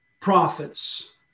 prophets